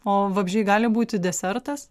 o vabzdžiai gali būti desertas